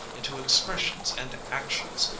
into expressions and actions,